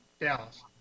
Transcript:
Dallas